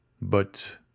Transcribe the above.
But